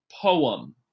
poem